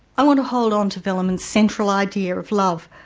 i want to hold on to velleman's central idea of love,